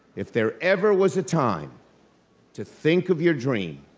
if there ever was a time to think of your dream,